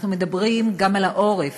אנחנו מדברים גם על העורף,